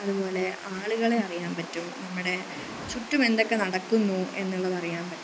അതുപോലെ ആളുകളെ അറിയാന് പറ്റും നമ്മുടെ ചുറ്റുമെന്തൊക്കെ നടക്കുന്നു എന്നുള്ളതറിയാന് പറ്റും